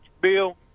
Bill